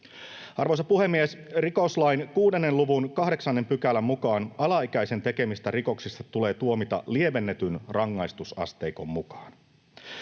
Arvoisa puhemies! Rikoslain 6 luvun 8 §:n mukaan alaikäisen tekemistä rikoksista tulee tuomita lievennetyn rangaistusasteikon mukaan.